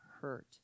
hurt